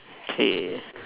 K